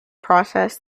process